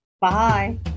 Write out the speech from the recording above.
Bye